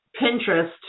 Pinterest